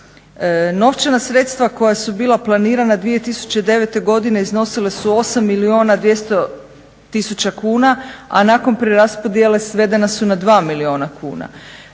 Novčana sredstva koja su bila planirana 2009. godine iznosila su 8 milijuna 200000 kuna, a nakon preraspodjele svedena su na 2 milijuna kuna.